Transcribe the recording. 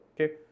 Okay